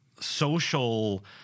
social